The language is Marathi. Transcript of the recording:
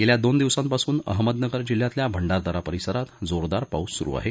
गेल्या दोन दिवसांपासून अहमदनगर जिल्ह्यातील्या भंडारदरा परिसरात जोरदार पाऊस सुरू आहे